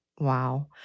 Wow